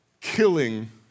killing